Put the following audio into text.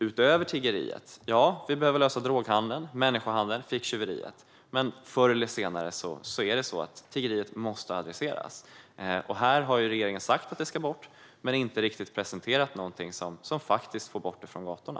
Utöver tiggeriet behöver vi lösa människohandeln, droghandeln och ficktjuveriet. Men förr eller senare måste tiggeriet adresseras. Regeringen har sagt att det ska bort men inte presenterat någonting som faktiskt får bort det från gatorna.